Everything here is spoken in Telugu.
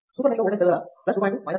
సూపర్ మెష్ లో ఓల్టేజ్ పెరుగుదల 2